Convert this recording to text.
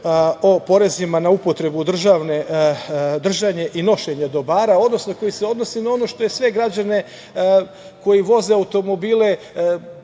o porezima na upotrebu držanje i nošenje dobara, odnos na koji se odnosi na ono što je sve građane koji voze automobile,